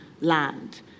land